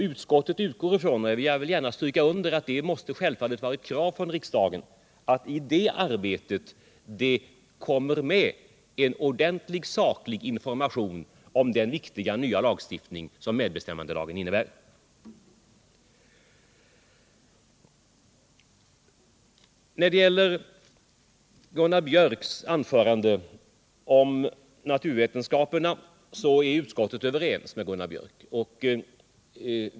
Utskottet utgår ifrån — det vill jag gärna stryka under — att det måste vara ett krav från riksdagen att i detta arbete inryms en ordentlig och saklig information om den viktiga lagstiftning som MBL innebär. När det gäller naturvetenskaperna är utskottet överens med Gunnar Biörck i Värmdö.